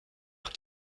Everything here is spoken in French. leur